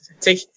Take